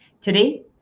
Today